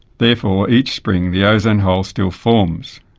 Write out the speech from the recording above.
therefore each spring the ozone hole still forms.